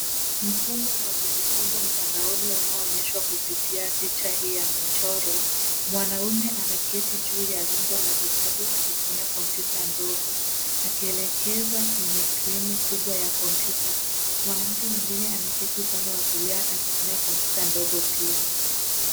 Mfumo wa kujifunza mtandaoni unaoonyeshwa kupitia picha hii ya michoro. Mwanaume ameketi juu ya rundo la vitabu akitumia kompyuta ndogo, akielekeza kwenye skirini kubwa ya kompyuta. Mwanamke mwingine ameketi upande wa kulia akitumia kompyuta ndogo pia.